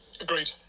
Agreed